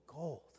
Gold